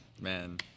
Man